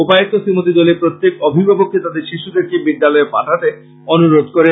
উপায়ুক্ত শ্রীমতি জলি প্রত্যেক অভিবাবককে তাদের শিশুদেরকে বিদ্যালয়ে পাঠাতে অনুরোধ করেন